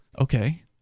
okay